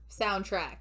soundtrack